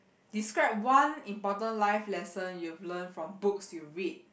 describe one important life lesson you've learnt from books you've read